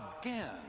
again